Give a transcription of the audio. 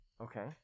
Okay